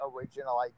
original